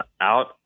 out